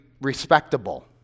respectable